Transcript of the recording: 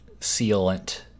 Sealant